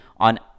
on